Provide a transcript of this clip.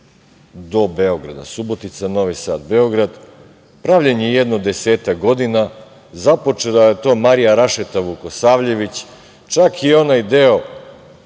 do Beograda, Subotica-Novi Sad-Beograd, pravljen je jedno desetak godina. Započela je to Marija Rašeta Vukosavljević, čak i onaj deo,